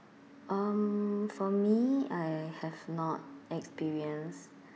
um for me I have not experienced